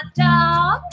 dog